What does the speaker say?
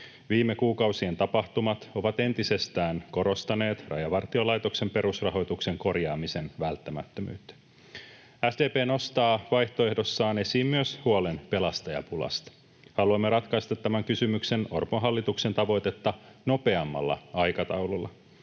Viime kuukausien tapahtumat ovat entisestään korostaneet Rajavartiolaitoksen perusrahoituksen korjaamisen välttämättömyyttä. SDP nostaa vaihtoehdossaan esiin myös huolen pelastajapulasta. Haluamme ratkaista tämän kysymyksen Orpon hallituksen tavoitetta nopeammalla aikataululla.